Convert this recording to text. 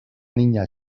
niña